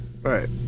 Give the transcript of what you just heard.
Right